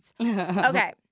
Okay